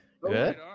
good